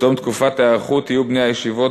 בתום תקופת ההיערכות יהיו בני הישיבות